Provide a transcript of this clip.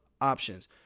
options